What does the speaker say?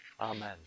Amen